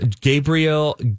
Gabriel